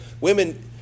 women